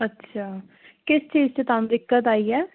ਅੱਛਾ ਕਿਸ ਚੀਜ ਚ ਤੁਹਾਨੂੰ ਦਿੱਕਤ ਆਈ ਐ